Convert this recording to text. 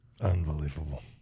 Unbelievable